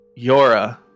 Yora